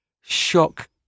shock